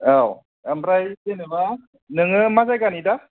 औ ओमफ्राय जेन'बा नोङो मा जायगानि दा